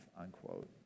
unquote